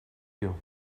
you